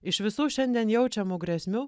iš visų šiandien jaučiamų grėsmių